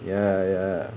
ya ya lah